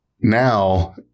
now